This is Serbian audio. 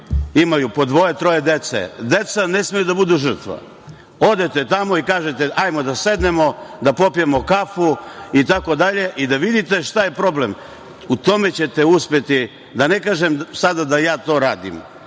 imaju po dvoje-troje dece. Deca ne smeju da budu žrtve. Odete tamo i kažete "hajde da sednemo, da popijemo kafu itd", i da vidite šta je problem. U tome ćete uspeti, da ne kažem sada da ja to radim,